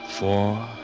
Four